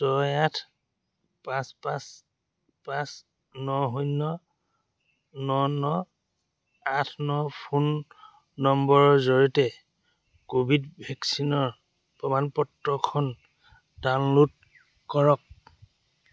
ছয় আঠ পাঁচ পাঁচ পাঁচ ন শূন্য ন ন আঠ ন ফোন নম্বৰৰ জৰিয়তে ক'ভিড ভেকচিনৰ প্ৰমাণপত্ৰখন ডাউনলোড কৰক